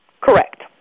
Correct